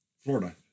Florida